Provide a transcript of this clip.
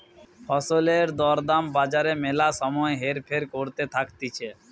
ফসলের দর দাম বাজারে ম্যালা সময় হেরফের করতে থাকতিছে